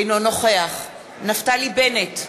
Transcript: אינו נוכח נפתלי בנט,